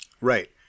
Right